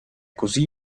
così